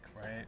right